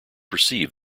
perceive